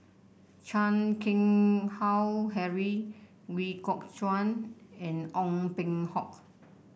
Chan Keng Howe Harry Ooi Kok Chuen and Ong Peng Hock